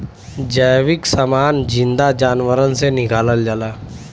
जैविक समान जिन्दा जानवरन से निकालल जाला